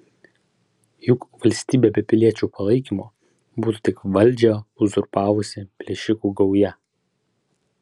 juk valstybė be piliečių palaikymo būtų tik valdžią uzurpavusi plėšikų gauja